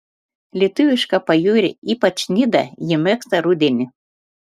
lietuvišką pajūrį ypač nidą ji mėgsta rudenį